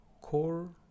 core